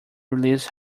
release